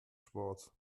schwarz